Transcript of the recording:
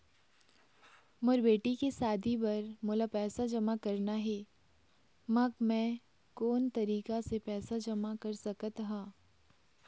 मोर बेटी के शादी बर मोला पैसा जमा करना हे, म मैं कोन तरीका से पैसा जमा कर सकत ह?